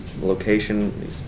location